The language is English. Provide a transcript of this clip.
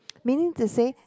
meaning to say